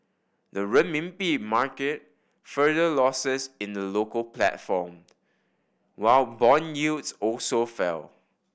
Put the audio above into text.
the Renminbi market further losses in the local platform while bond yields also fell